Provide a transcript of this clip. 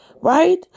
right